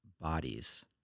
bodies